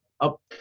up